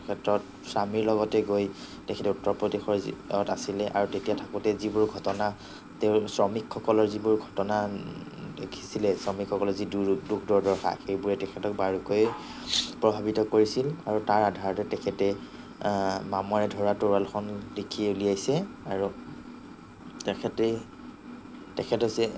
ক্ষেত্ৰত স্বামীৰ লগতে গৈ তেখেত উত্তৰ প্ৰদেশৰ যি অত আছিলে আৰু তেতিয়া থাকোঁতে যিবোৰ ঘটনা তেওঁৰ শ্ৰমিকসকলৰ যিবোৰ ঘটনা দেখিছিলে শ্ৰমিকসকলৰ যি দুখ দুৰ্দশা সেইবোৰে তেখেতক বাৰুকৈয়ে প্ৰভাৱিত কৰিছিল আৰু তাৰ আধাৰতে তেখেতে মামৰে ধৰা তৰোৱালখন লিখি উলিয়াইছে আৰু তেখেতেই তেখেত হৈছে